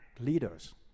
leaders